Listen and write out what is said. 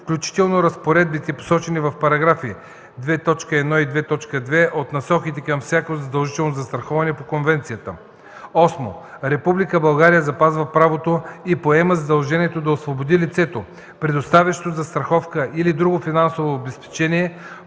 включително разпоредбите, посочени в параграфи 2.1 и 2.2 от Насоките, към всяко задължително застраховане по конвенцията. 8. Република България запазва правото и поема задължението да освободи лицето, предоставящо застраховка или друго финансово обезпечение